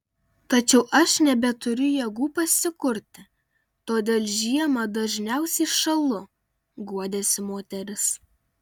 tačiau aš nebeturiu jėgų pasikurti todėl žiemą dažniausiai šąlu guodėsi moteris